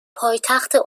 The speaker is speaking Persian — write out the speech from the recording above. پایتخت